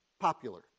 popular